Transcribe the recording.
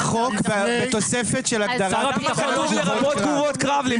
למה כתוב לרבות תגובות קרב?